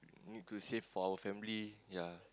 we need to save for our family ya